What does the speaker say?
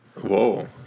Whoa